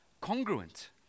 congruent